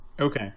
Okay